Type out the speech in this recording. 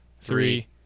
three